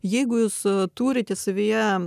jeigu jūs turite savyje